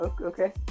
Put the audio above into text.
okay